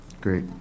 Great